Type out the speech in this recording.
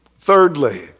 Thirdly